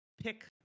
pick